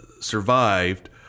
survived